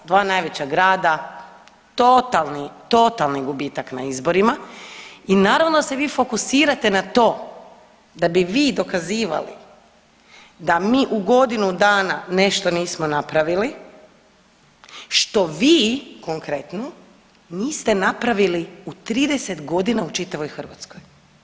Dva najveća grada, totalni, totalni gubitak na izborima i naravno da se vi fokusirate na to da bi vi dokazivali da mi u godinu dana nešto nismo napravili što vi konkretno niste napravili u 30 godina u čitavoj Hrvatskoj.